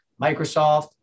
Microsoft